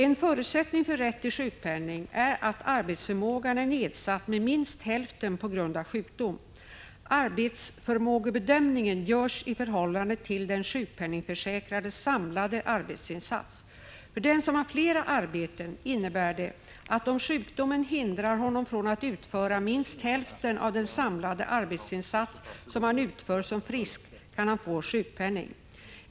En förutsättning för rätt till sjukpenning är att arbetsförmågan är nedsatt med minst hälften på grund av sjukdom. Arbetsförmågebedömningen görs i förhållande till den sjukpenningförsäkrades samlade arbetsinsats. För den som har flera arbeten innebär det att om sjukdomen hindrar honom från att utföra minst hälften av den samlade arbetsinsats som han utför som frisk kan han få sjukpenning.